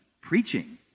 preaching